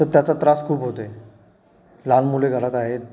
तर त्याचा त्रास खूप होतो आहे लहान मुले घरात आहेत